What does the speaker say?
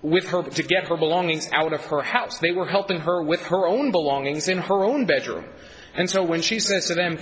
with hope to get her belongings out of her house they were helping her with her own belongings in her own bedroom and so when she sent them